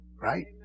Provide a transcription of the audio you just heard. right